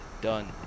done